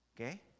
Okay